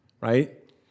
right